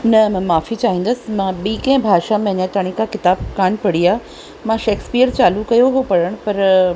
न मां माफ़ी चाहींदसि मां ॿी कंहिं भाषा में अञा ताईं का किताब कान पढ़ी आहे मां शेक्सपीअर चालू कयो हुओ पढ़णु पर